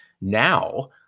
now